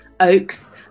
oaks